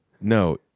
No